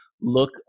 look